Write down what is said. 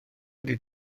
ydy